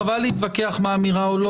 חבל להתווכח מה האמירה או לא,